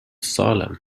salem